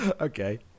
Okay